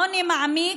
העוני מעמיק